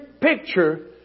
picture